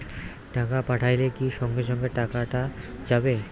টাকা পাঠাইলে কি সঙ্গে সঙ্গে টাকাটা যাবে?